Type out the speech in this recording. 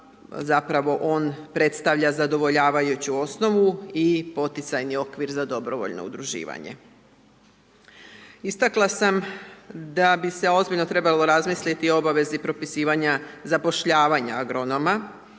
zapravo on predstavlja zadovoljavajuću osnovu i poticajni okvir za dobrovoljno udruživanje. Istakla sam da bi se ozbiljno trebalo razmisliti o obavezi propisivanja zapošljavanja agronoma,